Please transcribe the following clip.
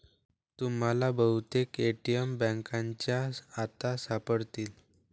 तुम्हाला बहुतेक ए.टी.एम बँकांच्या आत सापडतील